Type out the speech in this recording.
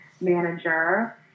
manager